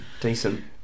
decent